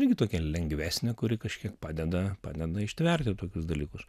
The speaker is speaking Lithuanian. irgi tokia lengvesnė kuri kažkiek padeda padeda ištverti tokius dalykus